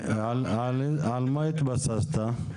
על מה התבססת?